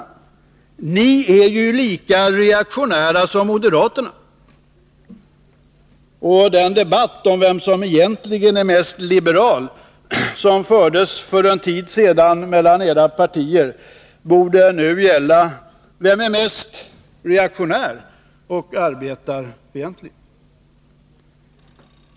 Ni är ju lika reaktionära som moderaterna. Och den debatt om vem som egentligen är mest liberal som fördes för en tid sedan mellan era partier borde nu gälla: Vem är mest reaktionär och arbetarfientlig?